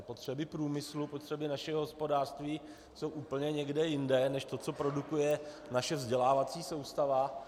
Potřeby průmyslu, potřeby našeho hospodářství jsou úplně někde jinde než to, co produkuje naše vzdělávací soustava.